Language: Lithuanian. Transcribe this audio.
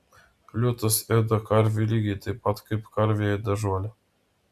liūtas ėda karvę lygiai taip pat kaip karvė ėda žolę